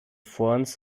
fronds